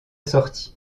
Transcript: sortie